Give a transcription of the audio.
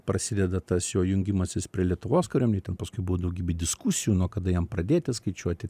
prasideda tas jo jungimasis prie lietuvos kariomenėj ten paskui buvo daugybė diskusijų nuo kada jam pradėti skaičiuoti